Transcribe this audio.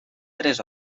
tres